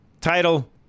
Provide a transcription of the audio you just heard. Title